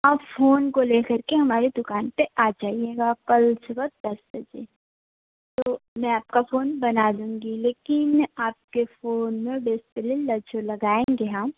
आप फ़ोन को लेकर के हमारे दुकान पे आ जाइयेगा कल सुबह दस बजे तो मैं आपका फ़ोन बना दूँगी लेकिन आपके फ़ोन में डिस्प्ले अच्छा लगाएँगे हम